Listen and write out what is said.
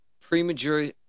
premature